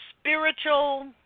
spiritual